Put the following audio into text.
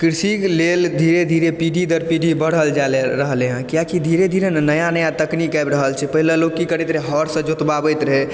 कृषिके लेल धीरे धीरे पीढ़ी दर पीढ़ी बढ़ल जा रहलै हँ किएकि धीरे धीरे ने नया नया तकनीक आबि रहल छै पहिले लोक कि करैत रहै हऽर सँ जोतबाबैत रहै